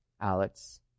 Alex